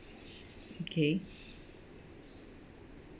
okay